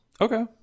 Okay